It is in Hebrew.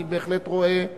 אני רואה מקום,